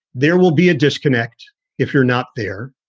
there will be a disconnect if you're not there,